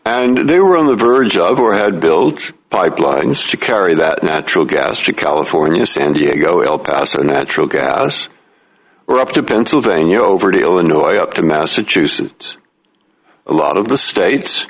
and they were on the verge of who had built pipelines to carry that natural gas to california san diego el paso natural gas we're up to pennsylvania over to illinois up to massachusetts a lot of the states